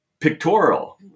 pictorial